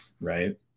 right